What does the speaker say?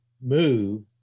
move